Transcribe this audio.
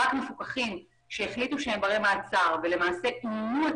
רק מפוקחים שהחליטו שהם ברי מעצר ולמעשה עברו את